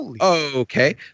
okay